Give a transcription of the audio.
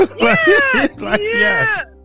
yes